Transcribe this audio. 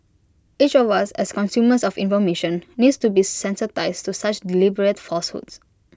each of us as consumers of information needs to be sensitised to such deliberate falsehoods